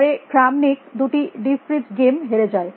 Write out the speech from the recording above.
পরে ক্রামনিক দুটি Deep Fritz game হেরে যায়